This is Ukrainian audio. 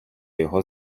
його